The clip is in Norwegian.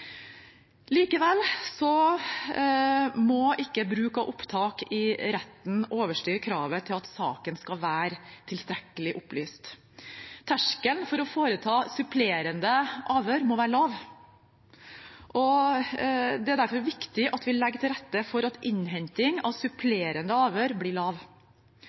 må ikke bruk av opptak i retten overstyre kravet om at saken skal være tilstrekkelig opplyst. Terskelen for å foreta supplerende avhør må være lav. Det er derfor viktig at vi legger godt til rette for innhenting av supplerende